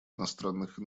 иностранных